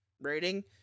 rating